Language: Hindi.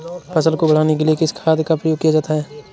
फसल को बढ़ाने के लिए किस खाद का प्रयोग किया जाता है?